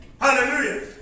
Hallelujah